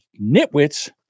nitwits